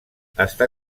està